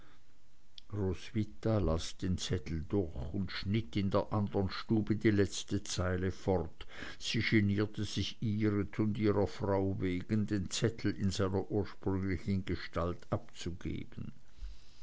roswitha las den zettel durch und schnitt in der anderen stube die letzte zeile fort sie genierte sich ihret und ihrer frau wegen den zettel in seiner ursprünglichen gestalt abzugeben